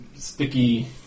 Sticky